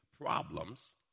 problems